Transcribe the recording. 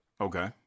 Okay